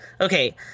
okay